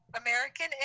american